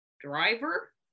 driver